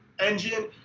engine